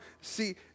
See